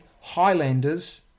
Highlanders